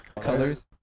colors